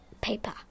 paper